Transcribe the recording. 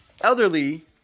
elderly